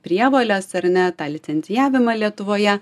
prievoles ar ne tą licencijavimą lietuvoje